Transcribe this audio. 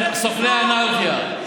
סוכני האנרכיה.